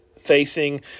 facing